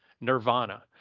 nirvana